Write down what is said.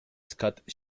scott